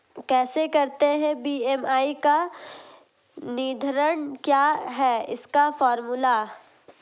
कैसे करते हैं बी.एम.आई का निर्धारण क्या है इसका फॉर्मूला?